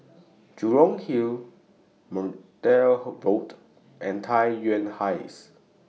Jurong Hill Mcnair Road and Tai Yuan Heights